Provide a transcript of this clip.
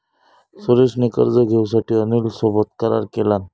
सुरेश ने कर्ज घेऊसाठी अनिल सोबत करार केलान